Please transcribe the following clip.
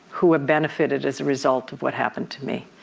who have benefited as a result of what happened to me.